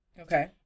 Okay